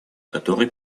который